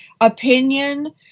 opinion